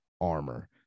armor